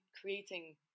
creating